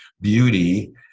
beauty